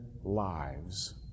lives